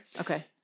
Okay